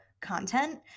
content